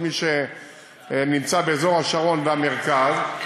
כל מי שנמצא באזור השרון והמרכז,